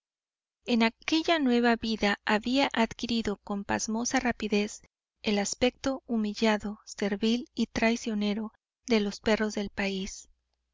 en aquella nueva vida había adquirido con pasmosa rapidez el aspecto humillado servil y traicionero de los perros del país